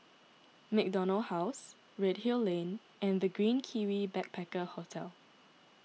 MacDonald House Redhill Lane and the Green Kiwi Backpacker Hostel